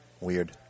Weird